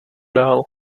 dál